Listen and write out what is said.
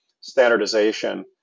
standardization